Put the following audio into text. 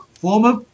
former